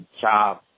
job